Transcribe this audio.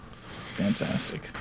Fantastic